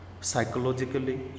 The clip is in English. psychologically